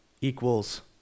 equals